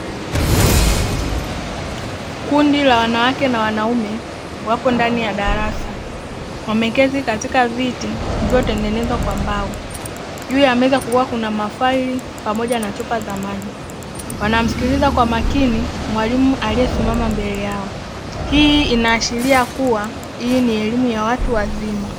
Kundi la wanawake na wanaume wapo ndani ya darasa. Wamekaa katika viti vilivyotengenezwa kwa mbao. Juu ya meza kuna mafaili pamoja na chupa za maji. Wanamsikiliza kwa makini mwalimu aliyesimama mbele yao. Hii inaashiria kuwa hii ni elimu ya watu wazima.